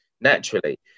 naturally